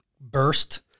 burst